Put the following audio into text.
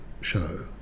show